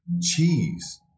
cheese